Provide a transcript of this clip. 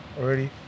already